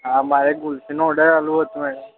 હા મારે કુલ્ફીનો ઓડર આપવો હતો એ